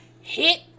Hit